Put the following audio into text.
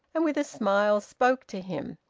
and with a smile spoke to him,